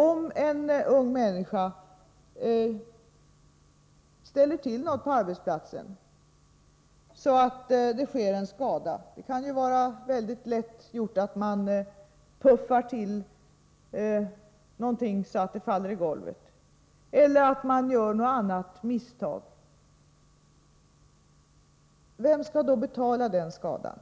Om en ung människa ställer till något på arbetsplatsen så att det sker en skada — det kan vara väldigt lätt hänt att man puffar till någonting så att det faller i golvet eller att man gör något annat misstag — vem skall då betala skadan?